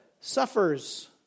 suffers